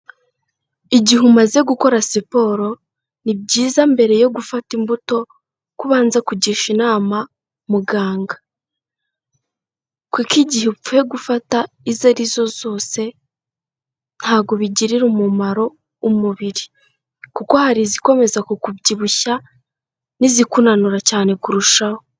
Igihe umaze gukora siporo ni byiza mbere yo gufata imbuto, ko ubanza kugisha inama muganga, kuko igihe upfuye gufata izo ari zo zose ntabwo bigirira umumaro umubiri, kuko hari izikomeza kukubyibushya n'izikunanura cyane kurushaho.